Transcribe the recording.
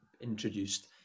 introduced